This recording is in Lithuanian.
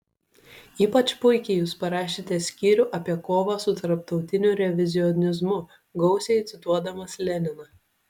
ypač puikiai jūs parašėte skyrių apie kovą su tarptautiniu revizionizmu gausiai cituodamas leniną